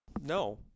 No